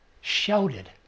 shouted